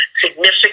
significant